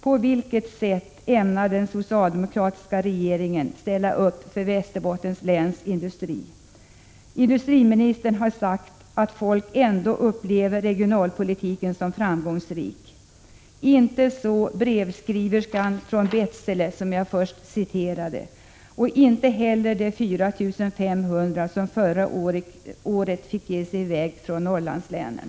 På vilket sätt ämnar den socialdemokratiska regeringen ställa upp för Västerbottens läns industri? Industriministern har sagt att folk ändå upplever regionalpolitiken som framgångsrik. Inte så brevskriverskan från Betsele, som jag först citerade, och inte heller de 4500 som förra året fick ge sig i väg från stan Norrlandslänen.